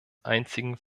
einzigen